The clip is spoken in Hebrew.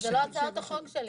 אבל זו לא הצעת החוק שלי.